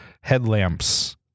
headlamps